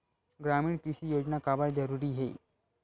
ग्रामीण कृषि योजना काबर जरूरी हे?